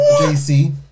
JC